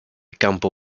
campo